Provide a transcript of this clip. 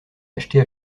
achetés